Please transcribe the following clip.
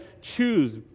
choose